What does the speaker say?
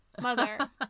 mother